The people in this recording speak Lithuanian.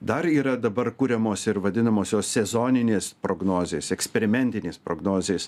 dar yra dabar kuriamos ir vadinamosios sezoninės prognozės eksperimentinės prognozės